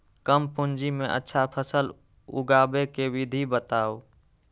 कम पूंजी में अच्छा फसल उगाबे के विधि बताउ?